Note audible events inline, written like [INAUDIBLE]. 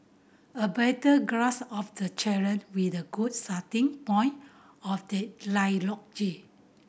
a better grass of the challenge with a good starting point of the [UNINTELLIGIBLE]